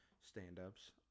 stand-ups